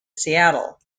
seattle